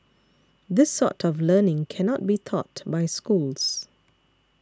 this sort of learning cannot be taught by schools